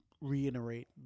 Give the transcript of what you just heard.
reiterate